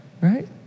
Right